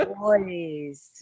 boys